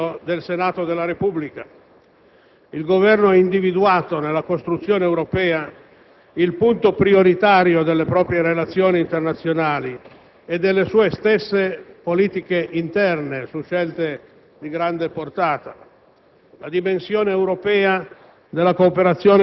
quale deve essere in proposito l'indirizzo del Senato della Repubblica? Il Governo ha individuato nella costruzione europea il punto prioritario delle proprie relazioni internazionali e delle sue stesse politiche interne su scelte di grande portata: